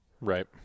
Right